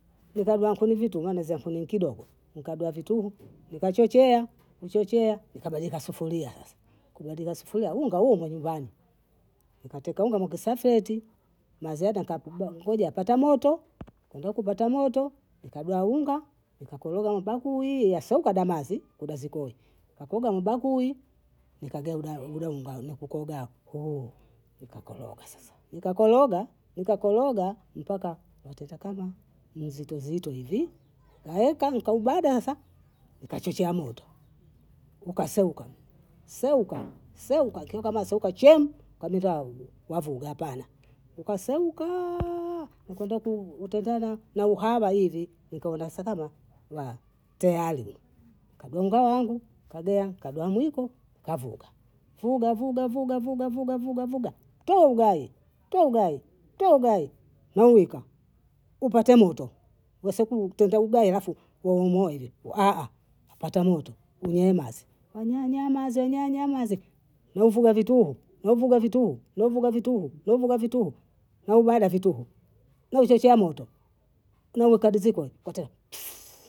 nikabwa nkuni vitu, nameza kuni nkidogo, nikabwaa vitunguu, nikachochea, kuchochea nikabandika sufuria sasa, kubandika sufuria unga huo manyumbani, nikateka unga mwa kisafeti maziata ngoja pata moto, kendelea kupata moto, nikabwaa unga, nikakoroga na kibakuli ila sio kwa damazi, kodazikoe, kakooga mubakui, nikageuda uda unga na kukoda nikakoroga sasa, nikakoroga nikakoroga mpaka wateta kama mzitozito hivi, auka nkaubada asa, nkachochea moto, ukaseuka seuka seuka, kiokama seuka chomu, kamitao wavuga hapana, ukaseukaa ukwendakubu utendana na uhabha hivi, nikaona sa kama laa teyari uyu, kagonga wangu, kagea, kagawa mwiko, kavuga vuga vuga vuga vuga vuga vuga vuga toa ugai, toa ugai, toa ugai, mwawika upate moto, wesekutendaubaye waumoa hivyo wapata moto kwenye i mazi, anyanyamaze anyanyamaze niwuvuga vituhu niwuvuga vituhu niwuvuga vituhu niwuvuga vituhu, naibada vituhu, nauchochea moton nawe kadizikoapi kata